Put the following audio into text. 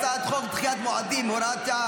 הצעת חוק דחיית מועדים (הוראת שעה,